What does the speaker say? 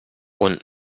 und